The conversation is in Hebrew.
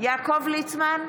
יעקב ליצמן,